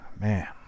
man